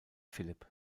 philip